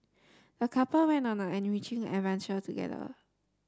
the couple went on an enriching adventure together